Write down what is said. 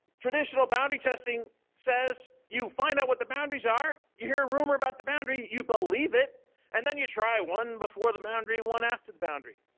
traditional boundary testing says you find out what the boundaries are, you hear a rumor about the boundary, you believe it and then you try one before the boundary one after the boundary.